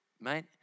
mate